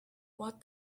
what